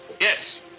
yes